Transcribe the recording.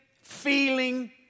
feeling